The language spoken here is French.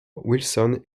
wilson